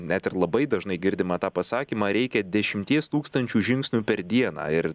net ir labai dažnai girdimą tą pasakymą reikia dešimties tūkstančių žingsnių per dieną ir